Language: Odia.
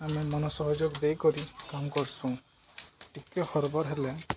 ଆମେ ମନ ସହଯୋଗ ଦେଇକରି କାମ କରସୁଁ ଟିକେ ହର୍ବର୍ ହେଲେ